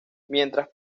mientras